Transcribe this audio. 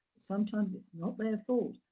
sometimes, it's not their fault.